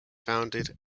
founded